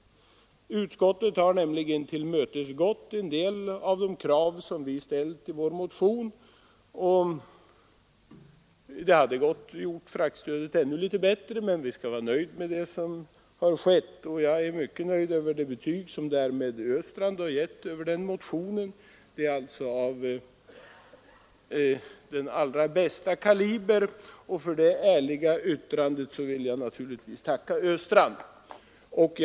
Utskottet har som sagt tillmötesgått en del av de krav vi ställt i vår motion. Det hade gått att göra fraktstödet ännu litet bättre, men vi skall vara nöjda med det som skett, och jag är mycket nöjd över det betyg som herr Östrand har givit vår motion. Den har lett till att fraktstödet kan förbättras, och för det ärliga betyget vill jag naturligtvis tacka herr Östrand.